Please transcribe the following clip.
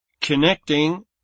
connecting